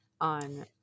on